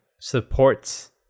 supports